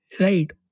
Right